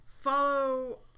Follow